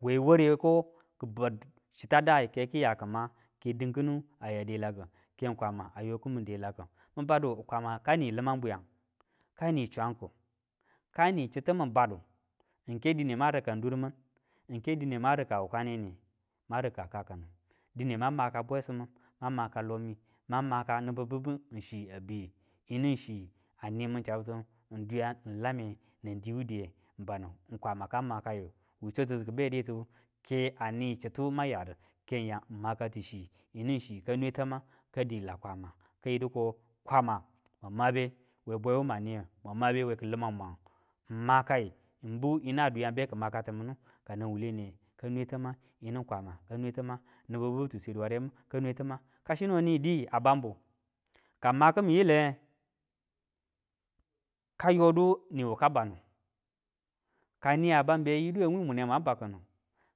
We ware wu a daye kekiya ki ma chita a daye ke ki ya kima ke din kinu aya delaku, ke kwama a yo kimin delaki. Mun badu kwama kani liman bwiyang, kani swangu, kani chitu mu badu ng ke dine mang rikan durmin ng ke dine mang rika wukaneniye mang rika ka kinu, dine mang maka bwesim mim mang maka lomi mang nibu bibu ng chiya biyim, yinu ng chi a niminchaabtu ng dwiyen ng lamin diwu diye, ng kwama ka makayu we swatitu ki beditu ke a ni chitu wan yadu ke ng ya ng makatu chi yinu chi ka nwe tameng ka dela kwama ka yi du ko kwama mwang mabe we bwewu mwan niye, mwan mabe we kilimang mwangu, ng makai ng biu yina dwiyen beki makati minu. Ka nan wuwule niye ka nwe ta mang, yinu kwama ka nwe tamang nibu bibu ti swedu waremu kanwe ta mang. Ka chino ni di a banbu kama kimin yile ka yodu niwu ka bannu, kaniya banbe, yi duwe, wwi mun ne niwan ba kinu,